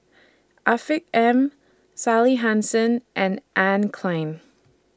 Afiq M Sally Hansen and Anne Klein